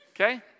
okay